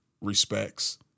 respects